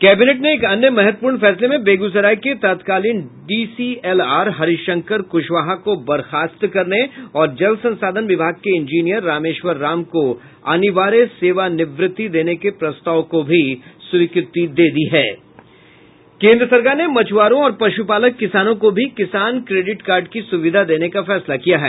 cabinet ने एक अन्य महत्वपूर्ण फैसले में बेगूसराय के तत्कालीन डीसीएलआर हरिशंकर कुशवाहा को बर्खास्त करने और जल संसाधन विभाग के इंजीनियर रामेश्वर राम को अनिर्वाय सेवानिवृति देने के प्रस्ताव को भी स्वीकृति दे दी है केन्द्र सरकार ने मछ्आरों और पश्पालक किसानों को भी किसान क्रेडिट कार्ड की सुविधा देने का फैसला किया है